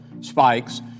spikes